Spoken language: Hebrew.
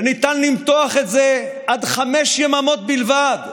וניתן למתוח את זה עד חמש יממות בלבד,